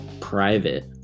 Private